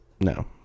No